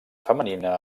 femenina